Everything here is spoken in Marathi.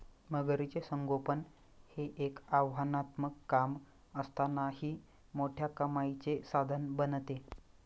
मगरीचे संगोपन हे एक आव्हानात्मक काम असतानाही मोठ्या कमाईचे साधन बनते